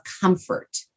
comfort